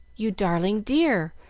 you darling dear!